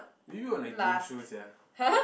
were you on a game show sia